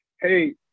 hey